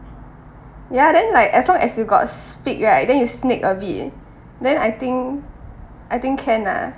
ya then like as long as you got speak right then you snake a bit then I think I think can ah